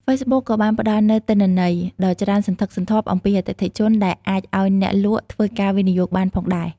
ហ្វេសប៊ុកក៏បានផ្តល់នូវទិន្នន័យ ដ៏ច្រើនសន្ធឹកសន្ធាប់អំពីអតិថិជនដែលអាចឱ្យអ្នកលក់ធ្វើការវិភាគបានផងដែរ។